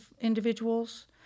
individuals